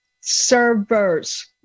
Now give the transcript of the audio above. servers